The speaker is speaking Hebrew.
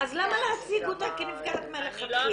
אז למה להציג אותה כנפגעת מלכתחילה?